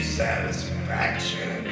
satisfaction